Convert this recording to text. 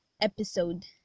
episode